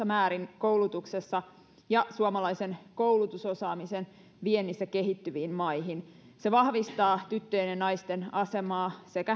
määrin koulutuksessa ja suomalaisen koulutusosaamisen viennissä kehittyviin maihin se vahvistaa tyttöjen ja naisten asemaa sekä